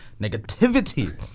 negativity